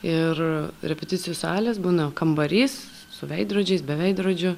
ir repeticijų salės būna kambarys su veidrodžiais be veidrodžių